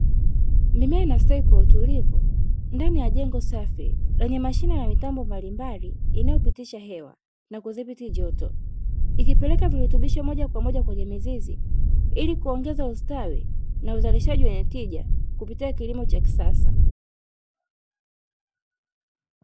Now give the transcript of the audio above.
Mimea inastawi kwa utulivu ndani ya jengo safi, lenye Mashine na mitambo mbali mbali inayopitisha hewa na kudhibiti joto .Ikipeleka virutubisho moja kwa moja kwenye mizizi, ili kuongeza ustawi na uzalishaji wenye tija kupitia kilimo cha kisasa.